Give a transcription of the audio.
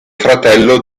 fratello